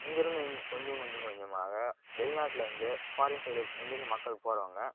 இங்கே இருந்து கொஞ்சம் கொஞ்சம் கொஞ்சம் கொஞ்சமாக வெளிநாட்டில் இருந்து ஃபாரீன் சைடு இங்கே இருந்து மக்கள் போகிறவங்க